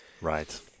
Right